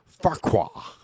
Farqua